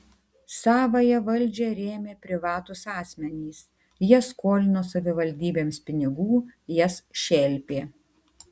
savąją valdžią rėmė privatūs asmenys jie skolino savivaldybėms pinigų jas šelpė